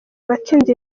watsinze